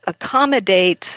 accommodates